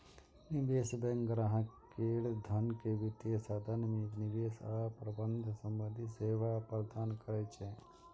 निवेश बैंक ग्राहक केर धन के वित्तीय साधन मे निवेश आ प्रबंधन संबंधी सेवा प्रदान करै छै